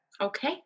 Okay